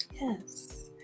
Yes